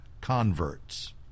converts